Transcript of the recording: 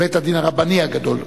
הכוונה, בבית-הדין הרבני הגדול.